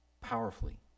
powerfully